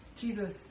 Jesus